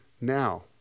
now